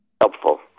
helpful